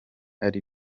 ari